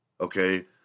okay